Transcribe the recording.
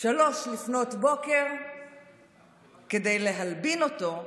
03:00 כדי להלבין אותו,